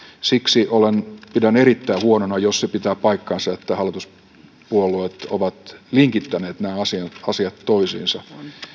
siksi pidän erittäin huonona jos pitää paikkansa että hallituspuolueet ovat linkittäneet nämä asiat asiat toisiinsa